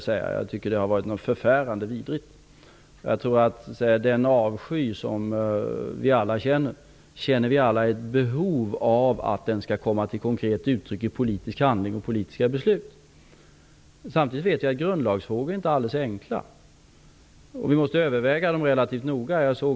Det här har varit något förfärande vidrigt. Den avsky som vi alla känner tror jag vi alla vill skall komma till konkret uttryck i politisk handling och politiska beslut. Samtidigt vet jag att grundlagsfrågor inte är alldeles enkla. Vi måste överväga dem relativt noga.